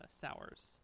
sours